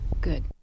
Good